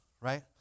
right